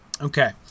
Okay